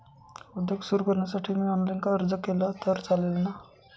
उद्योग सुरु करण्यासाठी मी ऑनलाईन अर्ज केला तर चालेल ना?